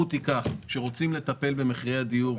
כשרוצים לטפל במחירי הדיור,